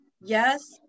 yes